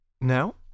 Now